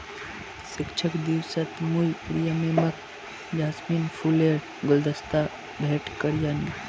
शिक्षक दिवसत मुई प्रिया मैमक जैस्मिन फूलेर गुलदस्ता भेंट करयानू